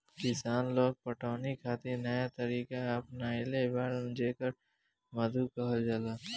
किसान लोग पटवनी खातिर नया तरीका अपनइले बाड़न जेकरा मद्दु कहल जाला